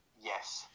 yes